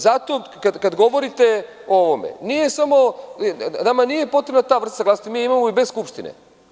Zato kad govorite o ovome, nama nije potrebna ta vrsta saglasnosti, mi je imamo i bez Skupštine.